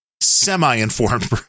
semi-informed